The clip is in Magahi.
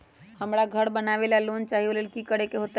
हमरा घर बनाबे ला लोन चाहि ओ लेल की की करे के होतई?